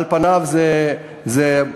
על פניו זה מבורך,